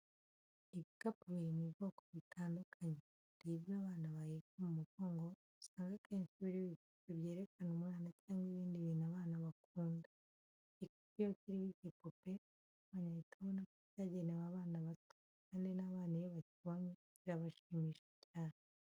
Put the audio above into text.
Ibikapu biri mu bwoko butandukanye, hari ibyo abana baheka mu mugongo, usanga akenshi biriho ibipupe byerekana umwana cyangwa ibindi bintu abana bakunda. Igikapu iyo kiriho igipupe, ukibonye ahita abona ko cyagenewe abana bato kandi n'abana iyo bakibonye kirabashimisha cyane.